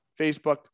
Facebook